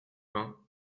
pain